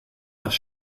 nach